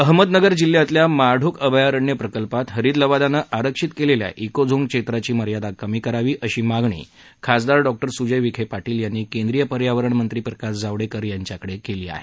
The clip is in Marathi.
अहमदनगर जिल्ह्यातल्या माळढोक अभयारण्य प्रकल्पात हरीत लवादानं आरक्षित केलल्या को झोन क्षेत्राची मर्यादा कमी करावी अशा मागणी खासदार डॉक्टर सुजय विखे पाटील यांनी केंद्रीय पर्यावरण मंत्री प्रकाश जावडेकर यांच्याकडे केली आहे